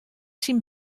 syn